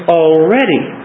already